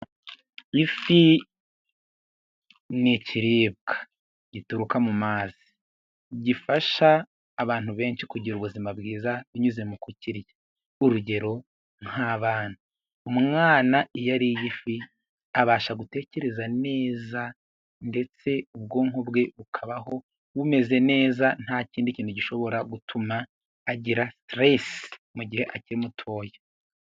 Ifi ni ikiribwa gituruka mu mazi gifasha abantu benshi kugira ubuzima bwiza binyuze mu kukirya. Urugero: nk'abana. Umwana iyo ari ifi abasha gutekereza neza, ndetse ubwonko bwe bukabaho bumeze neza nta kindi kintu gishobora gutuma agira siteresi mugihe akiri muto.